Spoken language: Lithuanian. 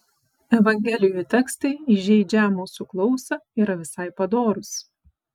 evangelijų tekstai įžeidžią mūsų klausą yra visai padorūs